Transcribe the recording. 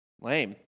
lame